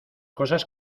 cosas